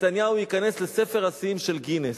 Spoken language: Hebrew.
נתניהו ייכנס לספר השיאים של גינס,